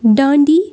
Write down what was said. Dandi